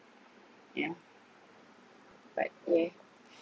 yeah but yeah